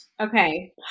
Okay